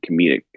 comedic